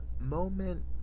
moment